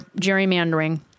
gerrymandering